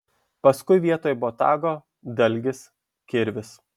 paskui vietoj botago dalgis kirvis